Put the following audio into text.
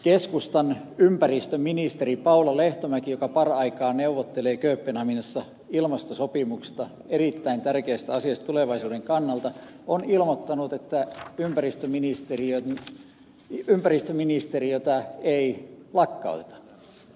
keskustan ympäristöministeri paula lehtomäki joka paraikaa neuvottelee kööpenhaminassa ilmastosopimuksesta erittäin tärkeästä asiasta tulevaisuuden kannalta on ilmoittanut että ympäristöministeriötä ei lakkauteta